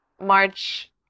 march